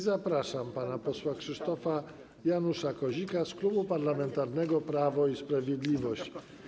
Zapraszam pana posła Krzysztofa Janusza Kozika z Klubu Parlamentarnego Prawo i Sprawiedliwość.